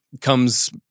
comes